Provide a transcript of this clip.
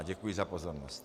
Děkuji za pozornost.